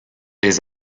des